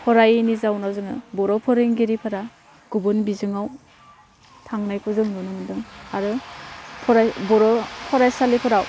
फरायैनि जाउनाव जोङो बर' फोरोंगिरिफोरा गुबुन बिजोङाव थांनायखौ जों नुनो मोन्दों आरो फराय बर' फरायसालिफोराव